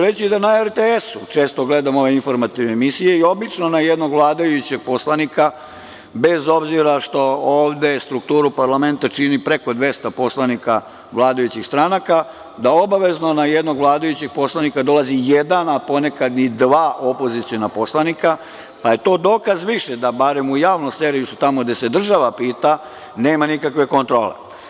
Reći ću da na RTS-u, često gledam ove informativne emisije, obično na jednog vladajućeg poslanika, bez obzira što ovde strukturu parlamenta čini preko 200 poslanika vladajućih stranaka, da obavezno na jednog vladajućeg poslanika dolazi jedan, a ponekad i dva opoziciona poslanika, pa je to dokaz više da bar u javnom servisu, tamo gde se država pita, nema nikakve kontrole.